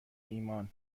ایمان